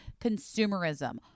consumerism